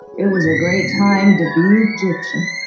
it was a great time to be egyptian.